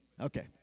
Okay